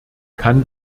kann